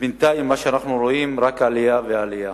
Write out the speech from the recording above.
ובינתיים מה שאנחנו רואים, רק עלייה ועלייה